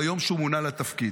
ביום שהוא מונה לתפקיד: